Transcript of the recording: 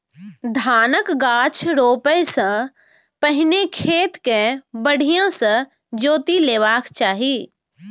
धानक गाछ रोपै सं पहिने खेत कें बढ़िया सं जोति लेबाक चाही